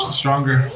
stronger